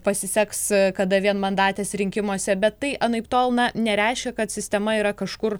pasiseks kada vienmandatės rinkimuose bet tai anaiptol na nereiškia kad sistema yra kažkur